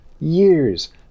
Years